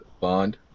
Bond